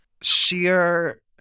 sheer